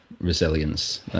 Resilience